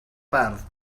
bardd